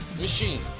machine